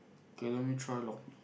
kay let me try lor